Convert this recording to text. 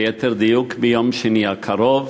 ליתר דיוק ביום שני הקרוב,